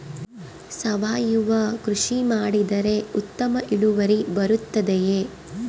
ಸಾವಯುವ ಕೃಷಿ ಮಾಡಿದರೆ ಉತ್ತಮ ಇಳುವರಿ ಬರುತ್ತದೆಯೇ?